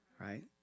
right